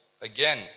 again